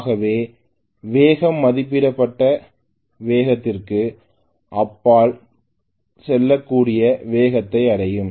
ஆகவே வேகம் மதிப்பிடப்பட்ட வேகத்திற்கு அப்பால் செல்லக்கூடிய வேகத்தை அடையும்